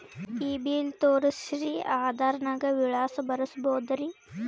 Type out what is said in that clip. ಈ ಬಿಲ್ ತೋಸ್ರಿ ಆಧಾರ ನಾಗ ವಿಳಾಸ ಬರಸಬೋದರ?